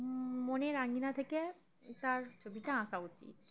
মনের রাঙ্গিনা থেকে তার ছবিটা আঁকা উচিত